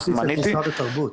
לא עשית תמיכה בתרבות.